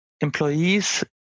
employees